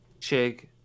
Chig